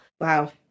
Wow